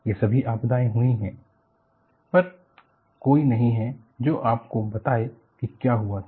वे सभी आपदाएँ हुई हैं पर कोई नहीं है जो आपको बताए कि क्या हुआ था